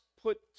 put